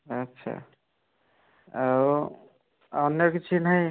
ଆଚ୍ଛା ଆଉ ଅନ୍ୟ କିଛି ନାହିଁ